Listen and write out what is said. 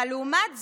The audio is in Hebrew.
אבל לעומת זאת,